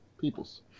Peoples